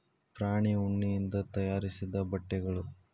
ಪ್ರಾಣಿ ಉಣ್ಣಿಯಿಂದ ತಯಾರಿಸಿದ ಬಟ್ಟೆಗಳು